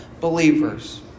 believers